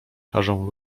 każą